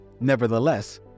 Nevertheless